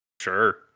Sure